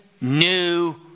new